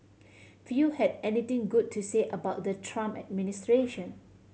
few had anything good to say about the Trump administration